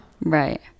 Right